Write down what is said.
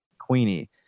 Queenie